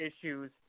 issues